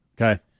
Okay